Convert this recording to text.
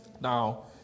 Now